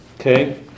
okay